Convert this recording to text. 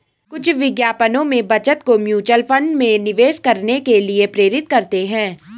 कुछ विज्ञापनों में बचत को म्यूचुअल फंड में निवेश करने के लिए प्रेरित करते हैं